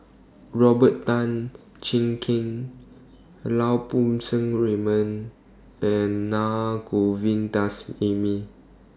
Robert Tan Jee Keng Lau Poo Seng Raymond and Naa Govindasamy